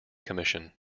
commission